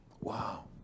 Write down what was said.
Wow